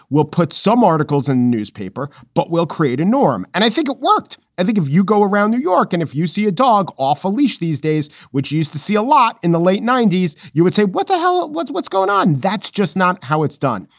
we'll put some articles in newspaper, but we'll create a norm. and i think it worked. i think if you go around new york and if you see a dog off a leash these days, which used to see a lot in the late ninety s, you would say, what the hell? what's what's going on? that's just not how it's done.